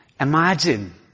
Imagine